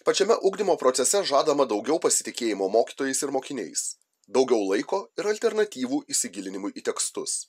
pačiame ugdymo procese žadama daugiau pasitikėjimo mokytojais ir mokiniais daugiau laiko ir alternatyvų įsigilinimui į tekstus